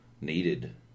needed